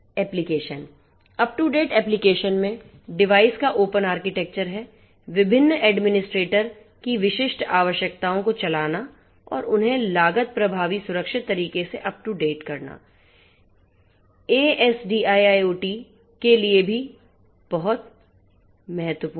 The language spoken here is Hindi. application up to date application में डिवाइस का ओपन आर्किटेक्चर है विभिन्न एडमिनिस्ट्रेटर की विशिष्ट आवश्यकताओं को चलाना और उन्हें लागत प्रभावी सुरक्षित तरीके से अप टू डेट करना एसडीआईआईओटी के लिए भी बहुत महत्वपूर्ण है